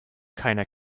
keiner